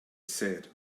said